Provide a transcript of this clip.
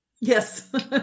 Yes